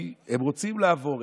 כי הם רוצים לעבור,